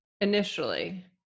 initially